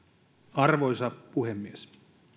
arvoisa puhemies